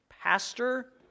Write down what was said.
pastor